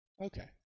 Okay